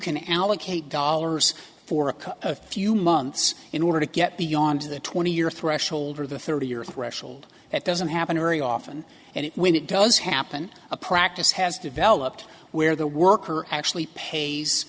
can allocate dollars for a few months in order to get beyond the twenty year threshold or the thirty year threshold that doesn't happen very often and when it does happen a practice has developed where the worker actually pays